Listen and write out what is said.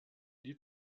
die